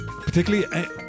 particularly